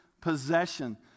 possession